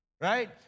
right